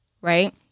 right